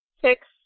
Six